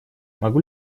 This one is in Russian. могу